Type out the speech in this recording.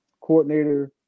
coordinator